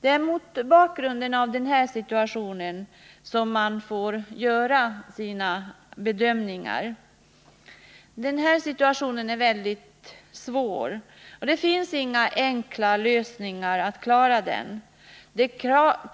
Det är mot bakgrund av den situationen som man får göra sina bedömningar. Läget är alltså mycket besvärligt. Inga enkla lösningar står till buds. Det